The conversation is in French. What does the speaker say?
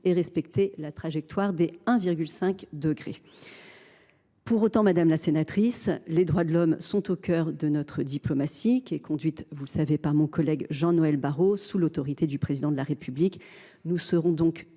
et respecter la trajectoire de 1,5 degré. Pour autant, madame la sénatrice, les droits de l’homme sont toujours au cœur de notre diplomatie, conduite par mon collègue Jean Noël Barrot sous l’autorité du Président de la République. Nous serons donc